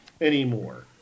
anymore